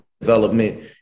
development